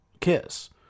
Kiss